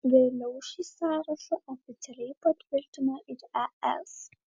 vėliau šį sąrašą oficialiai patvirtino ir es